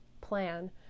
plan